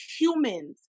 humans